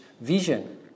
vision